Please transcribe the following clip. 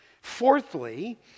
Fourthly